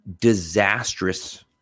disastrous